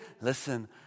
Listen